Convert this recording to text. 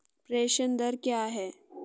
प्रेषण दर क्या है?